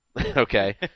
Okay